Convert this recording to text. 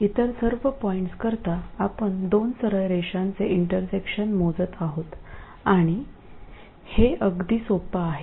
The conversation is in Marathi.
इतर सर्व पॉईंट्सकरिता आपण दोन सरळ रेषांचे इंटरसेक्शन मोजत आहोत आणि हे अगदी सोपे आहे